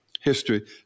history